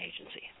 agency